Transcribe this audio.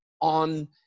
on